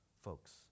folks